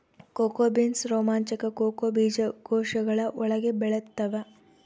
cocoa beans ರೋಮಾಂಚಕ cocoa ಬೀಜಕೋಶಗಳ ಒಳಗೆ ಬೆಳೆತ್ತವ